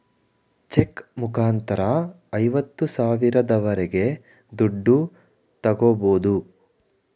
check ಮುಖಾಂತರ ಐವತ್ತು ಸಾವಿರದವರೆಗೆ ದುಡ್ಡು ತಾಗೋಬೋದು